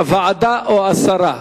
ועדה או הסרה.